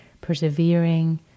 persevering